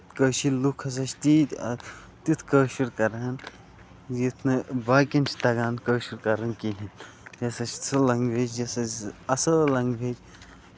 کٲشِر لُکھ ہسا چھِ تیٖتۍ تیُتھ کٲشُر کران یُتھ نہٕ باقین چھُ تَگان کٲشُر کرُن کِہینۍ یہِ ہسا چھِ سۄ لینگویج یہِ ہسا چھِ اَصٕل لینگویج